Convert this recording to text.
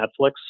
Netflix